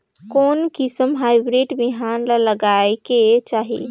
कोन किसम हाईब्रिड बिहान ला लगायेक चाही?